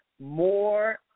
more